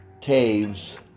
Taves